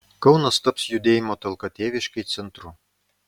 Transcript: kaunas taps judėjimo talka tėviškei centru